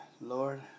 Lord